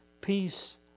peace